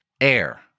air